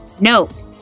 Note